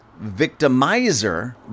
victimizer